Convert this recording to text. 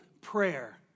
prayer